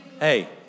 Hey